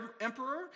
Emperor